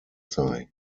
sei